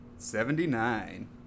Seventy-nine